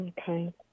Okay